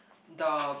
the